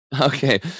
Okay